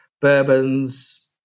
bourbons